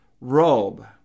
robe